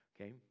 okay